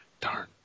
Darn